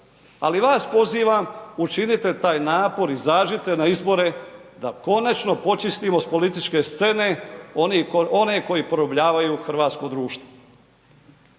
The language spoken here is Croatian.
Ali vas pozivam učinite taj napor, izađite na izbore da konačno počistimo s političke scene one koji porobljavaju hrvatsko društvo.